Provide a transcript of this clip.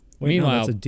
meanwhile